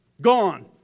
Gone